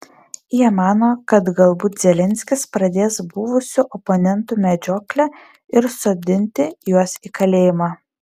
jie mano kad galbūt zelenskis pradės buvusių oponentų medžioklę ir sodinti juos į kalėjimą